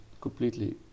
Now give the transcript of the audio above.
completely